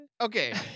okay